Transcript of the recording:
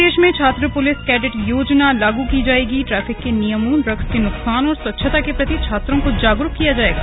प्रदेश में छात्र police cadet योजना लागू की जाएगीट्रैफिक के नियमों ड्रग्स के नुकसान और स्वच्छता के प्रति छात्रों को जागरूक किया जाएगा